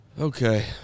Okay